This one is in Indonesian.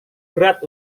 berat